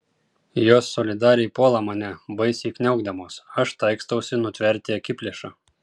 jos solidariai puola mane baisiai kniaukdamos aš taikstausi nutverti akiplėšą